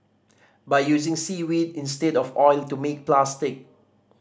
by using seaweed instead of oil to make plastic